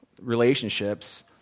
relationships